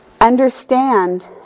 understand